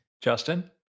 Justin